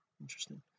interesting